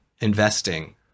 investing